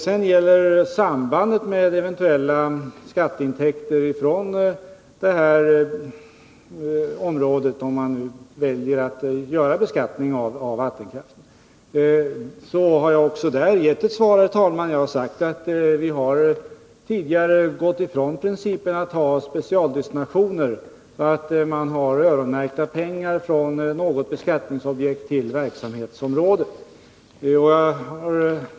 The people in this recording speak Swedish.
Om sambandet mellan eventuella skatteintäkter från det här området, om man nu väljer att beskatta vattenkraftsvinsterna, och användningen av de medlen har jag sagt att vi gått ifrån specialdestinationer, dvs. att man har öronmärkta pengar från något beskattningsobjekt till ett verksamhetsområde.